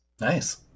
nice